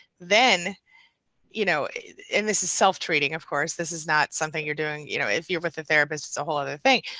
then you know and this is self treating of course, this is not something you're doing you know, if you're with a therapist it's a whole other thing,